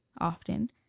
often